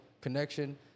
connection